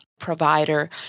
provider